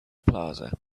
plaza